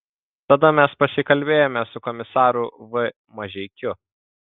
tada mes pasikalbėjome su komisaru v mažeikiu